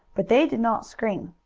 but they did not scream.